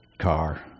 car